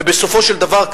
ובסופו של דבר,